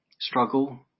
Struggle